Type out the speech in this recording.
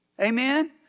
Amen